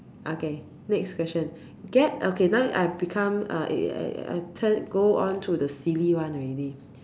okay next question get okay now I become a err I turn go on to the silly one already